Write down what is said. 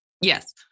Yes